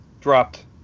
dropped